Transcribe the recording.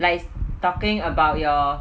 like talking about your